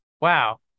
wow